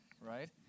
right